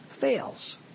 fails